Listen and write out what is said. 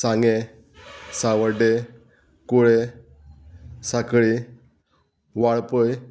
सांगें सावड्डें कुळें सांकळी वाळपय